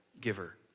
giver